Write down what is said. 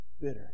bitter